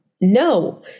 No